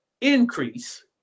increase